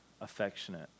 affectionate